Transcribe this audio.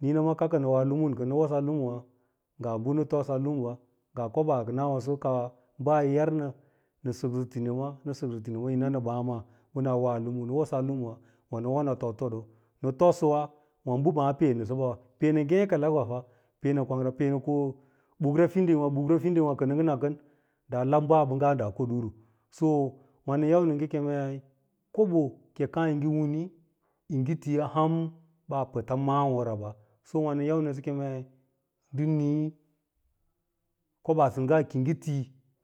Niina ma kaka nɚ wona lumun nɚ wosaa lumuwa ngaa koɓas nɚ toɗsɚwa, ɓaa yi yar nɚ nɚ sɚksɚ tinima, nɚ sɚksɚsɚ tinimawa bàà yi nanɚ maa pɚ naa woa lumu, nɚ wosaa humuwà nɚ wo nɚ toɗ-toɗo-nɚ toɗsɚwa wa bɚ bàà pee nɚsbawa, pee nɚ ngêkelek wata pee nɚ kwang ra, pee nɚ bukra fiding wa buk fiding kɚ nɚ nakɚn daa lab baabangga daa o ɗuru so wà nɚn yau ngɚ kemei koɓo ki kàà yi ngɚ wini yi ngɚ tiyas ham ɓaa pɚta ma’àworaba so wà nɚn nɚsɚ kemei ndɚ nii, koɓaasɚngga ki yi ngɚti